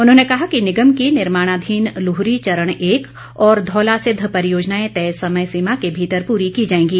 उन्होंने कहा कि निगम की निर्माणाधीन लुहरी चरण एक और धौलासिद्ध परियोजनाएं तय समय सीमा के भीतर पूरी की जाएंगी